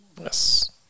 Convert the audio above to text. Yes